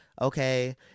okay